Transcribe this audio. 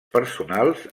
personals